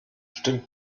stimmt